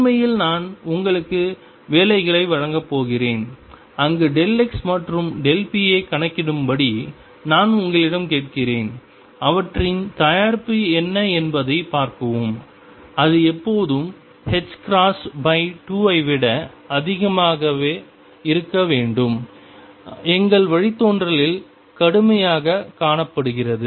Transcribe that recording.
உண்மையில் நான் உங்களுக்கு வேலைகளை வழங்கப் போகிறேன் அங்கு x மற்றும் p ஐக் கணக்கிடும்படி நான் உங்களிடம் கேட்கிறேன் அவற்றின் தயாரிப்பு என்ன என்பதைப் பார்க்கவும் அது எப்போதும் 2 ஐ விட அதிகமாக இருக்க வேண்டும் எங்கள் வழித்தோன்றலில் கடுமையாகக் காணப்படுகிறது